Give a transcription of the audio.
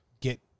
get